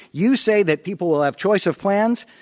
you say that people will have choice of plans.